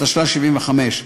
התשל"ה 1975,